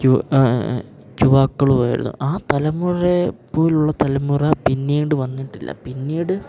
യുവാക്കളുമായിരുന്നു തലമുറപോലുള്ള തലമുറ പിന്നീട് വന്നിട്ടില്ല പിന്നീട്